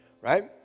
Right